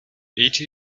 eta